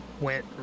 went